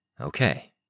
Okay